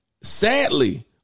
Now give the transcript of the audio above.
Sadly